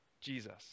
Jesus